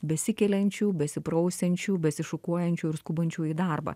besikeliančių besiprausiančių besišukuojančių ir skubančių į darbą